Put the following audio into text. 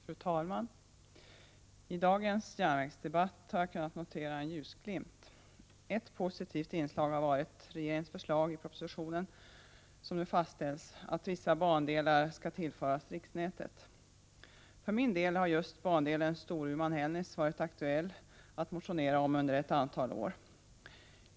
Fru talman! I dagens järnvägsdebatt har jag kunnat notera en ljusglimt. Ett positivt inslag har varit regeringens förslag i propositionen att nu fastställa att vissa bandelar skall tillföras riksnätet. För min del har just bandelen Storuman-Hällnäs varit aktuell att motionera om under ett antal år.